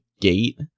gate